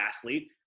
athlete